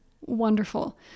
wonderful